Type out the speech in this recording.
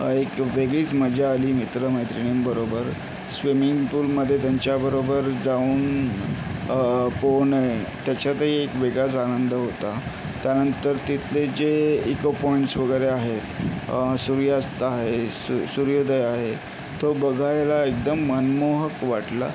एक वेगळीच मजा आली मित्र मैत्रिणींबरोबर स्विमिंग पूलमध्ये त्यांच्याबरोबर जाऊन पोहणे त्याच्यातही एक वेगळाच आनंद होता त्यानंतर तिथले जे इको पॉईंट्स वगैरे आहेत सूर्यास्त आहे सू सूर्योदय आहे तो बघायला एकदम मनमोहक वाटलं